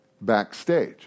backstage